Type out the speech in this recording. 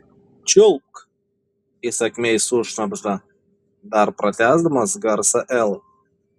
čiulpk įsakmiai sušnabžda dar patęsdamas garsą l